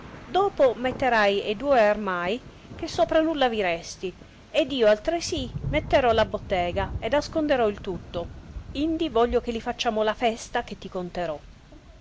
dopo metterai e duoi armai che sopra nulla vi resti ed io altresì netterò la bottega ed asconderò il tutto indi voglio che li faciamo la festa che ti conterò